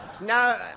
No